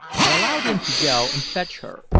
i allowed him to go and fetch her,